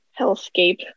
hellscape